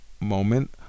moment